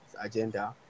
agenda